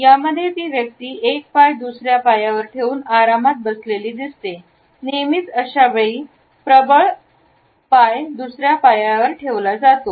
यामध्ये ती व्यक्ती एक पाय दुसऱ्या पायावर ठेवून आरामात बसलेली दिसते नेहमीच अशावेळी प्रबळ दुसऱ्या पायावर ठेवला जातो